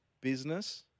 business